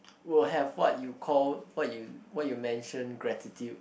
will have what you called what you what you mention gratitude